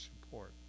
support